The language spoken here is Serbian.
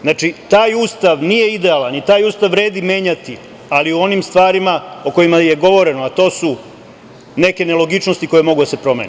Znači, taj Ustav nije idealan i taj Ustav vredi menjati, ali u onim stvarima o kojima je govoreno, a to su neke nelogičnosti koje mogu da se promene.